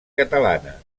catalana